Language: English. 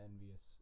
Envious